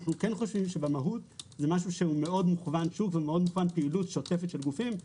אנו כן חושבים שבמהות זה משהו שמאוד מכוון פעילות שוטפת של גופים.